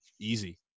Easy